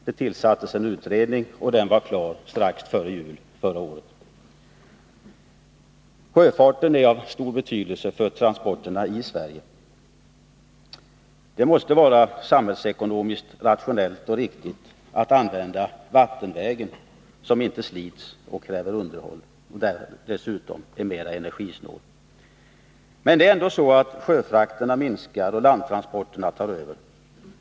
Det tillsattes en utredning, och den var klar strax före jul förra året. Sjöfarten är av stor betydelse för transporterna i Sverige. Det måste vara samhällsekonomiskt rationellt och riktigt att använda vattenvägen, som inte slits och kräver underhåll och dessutom är mer energisnål. Men sjöfrakterna minskar ändå och landtransporterna tar över.